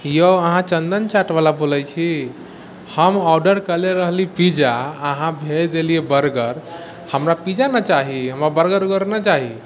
औ अहाँ चन्दन चार्टवला बोलै छी हम ऑडर कएले रही पिज्जा अहाँ भेज देलिए बर्गर हमरा पिज्जा नहि चाही हमरा बर्गर उर्गर नहि चाही